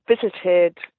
visited